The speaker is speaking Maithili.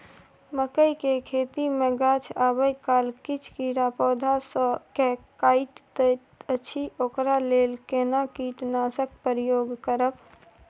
मकई के खेती मे गाछ आबै काल किछ कीरा पौधा स के काइट दैत अछि ओकरा लेल केना कीटनासक प्रयोग करब?